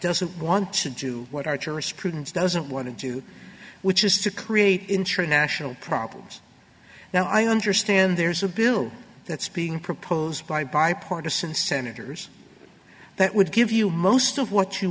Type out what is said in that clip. doesn't want to do what our tourist prudence doesn't want to do which is to create international problems now i understand there's a bill that's being proposed by bipartisan senators that would give you most of what you